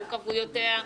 מורכבויותיה,